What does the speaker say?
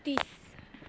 तिस